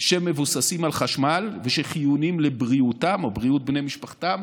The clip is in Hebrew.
שמבוססים על חשמל ושחיוניים לבריאותם או בריאות בני משפחתם,